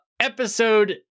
Episode